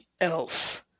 else